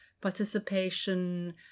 participation